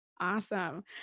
Awesome